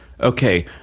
Okay